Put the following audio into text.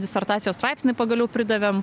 disertacijos straipsnį pagaliau pridavėm